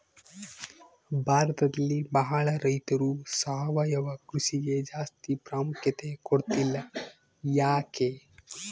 ಭಾರತದಲ್ಲಿ ಬಹಳ ರೈತರು ಸಾವಯವ ಕೃಷಿಗೆ ಜಾಸ್ತಿ ಪ್ರಾಮುಖ್ಯತೆ ಕೊಡ್ತಿಲ್ಲ ಯಾಕೆ?